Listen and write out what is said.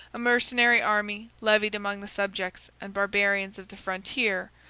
a mercenary army, levied among the subjects and barbarians of the frontier,